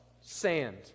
sand